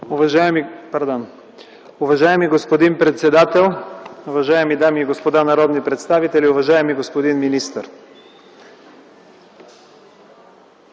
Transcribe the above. Уважаеми господин председател, уважаеми дами и господа народни представители, уважаеми господин министър!